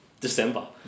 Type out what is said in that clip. December